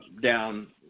down